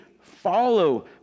follow